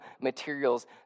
materials